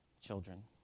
children